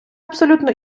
абсолютно